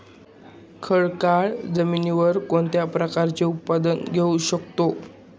खडकाळ जमिनीवर कोणत्या प्रकारचे उत्पादन घेऊ शकतो?